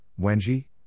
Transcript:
Wenji